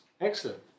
Excellent